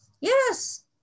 Yes